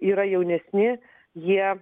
yra jaunesni jie